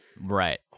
Right